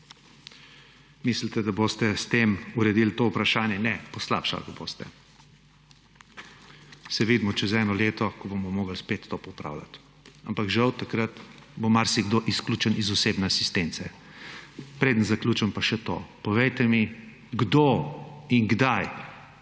mislite, da boste s tem uredili to vprašanje. Ne, poslabšali ga boste. Se vidimo čez eno leto, ko bomo morali spet to popravljati. Ampak žal takrat bo marsikdo izključen iz osebne asistence. Preden zaključim pa še to, povejte mi, kdo in kdaj